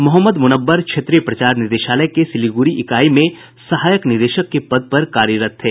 मोहम्मद मुनव्वर क्षेत्रीय प्रचार निदेशालय के सिल्लीगुड़ी इकाई में सहायक निदेशक के पद पर कार्यरत थे